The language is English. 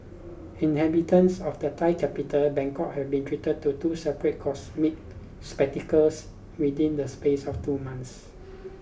inhabitants of the Thai capital Bangkok have been treated to two separate cosmic spectacles within the space of two months